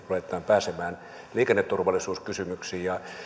ruvetaan pääsemään liikenneturvallisuuskysymyksiin